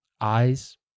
eyes